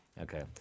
Okay